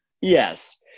Yes